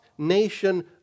nation